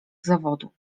zawodu